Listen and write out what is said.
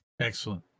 Excellent